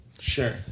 Sure